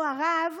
הרב,